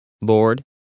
Lord